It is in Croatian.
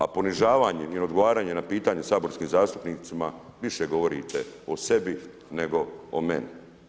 A ponižavanjem i ne odgovaranje na pitanje saborskim zastupnicima, više govorite o sebi, nego o meni.